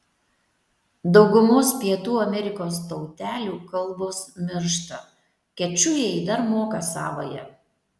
daugumos pietų amerikos tautelių kalbos miršta kečujai dar moka savąją